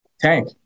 tank